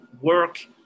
work